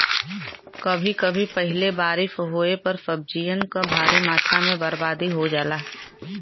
कभी कभी पहिले बारिस होये पर सब्जियन क भारी मात्रा में बरबादी हो जाला